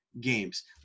games